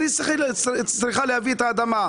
שצריך להביא את האדמה.